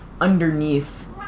underneath